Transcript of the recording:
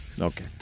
okay